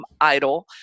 idol